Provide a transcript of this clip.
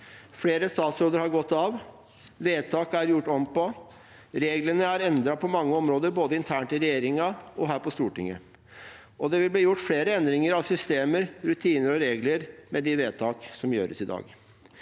Flere statsråder har gått av, vedtak er gjort om på, reglene er endret på mange områder både internt i regjeringen og her på Stortinget, og det vil bli gjort flere endringer av systemer, rutiner og regler med de vedtak som fattes i dag.